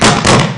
האוכלוסין